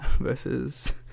versus